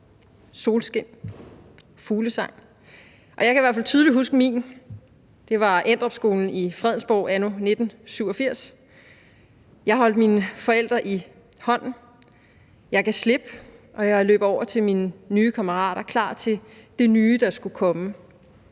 solskin, fuglesang. Jeg kan i hvert fald tydeligt huske min. Det var Endrupskolen i Fredensborg anno 1987. Jeg holdt mine forældre i hånden. Jeg gav slip, og jeg løb over til mine nye kammerater klar til det nye, der skulle komme.